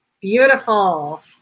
Beautiful